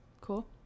cool